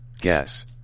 Guess